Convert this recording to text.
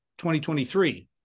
2023